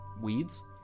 weeds